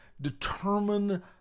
determine